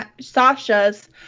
Sasha's